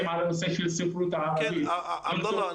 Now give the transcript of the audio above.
על הנושא של ספרות ערבית --- עבדאללה,